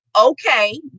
okay